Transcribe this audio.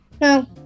No